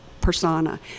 persona